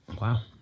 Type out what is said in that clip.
Wow